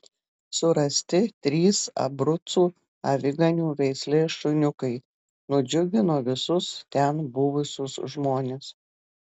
surasti trys abrucų aviganių veislės šuniukai nudžiugino visus ten buvusius žmones